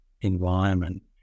environment